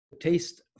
taste